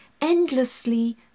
endlessly